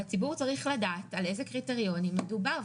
הציבור צריך לדעת על איזה קריטריונים מדובר.